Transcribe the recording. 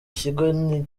kigo